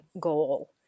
goal